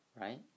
right